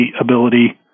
ability